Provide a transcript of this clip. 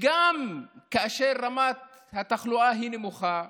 גם כאשר רמת התחלואה היא נמוכה,